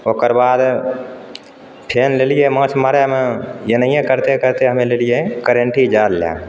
ओकर बाद फेर लेलिए माछ मारयमे एनेहिए करते करते हमे लेलिए करेंटी जाल लए